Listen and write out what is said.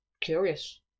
curious